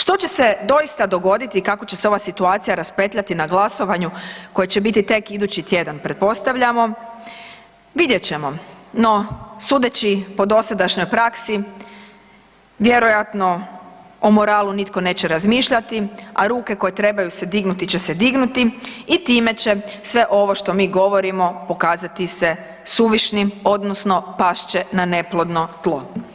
Što će se doista dogoditi, kako će se ova situacija raspetljati na glasovanju koje će biti tek idući tjedan pretpostavljamo, vidjet ćemo, no sudeći po dosadašnjoj praksi, vjerojatno o moralu nitko neće razmišljati, a ruke koje trebaju use dignuti će se dignuti i time će sve ovo što mi govorimo, pokazati se suvišnim odnosno past će na neplodno tlo.